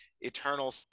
eternal